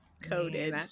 coded